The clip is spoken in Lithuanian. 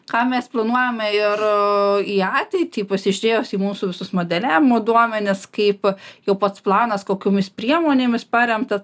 ką mes planuojame ir į ateitį pasižiūrėjus į mūsų visus modeliavimo duomenis kaip jau pats planas kokiomis priemonėmis paremta